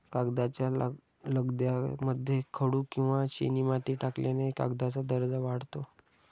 कागदाच्या लगद्यामध्ये खडू किंवा चिनीमाती टाकल्याने कागदाचा दर्जा वाढतो